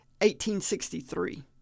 1863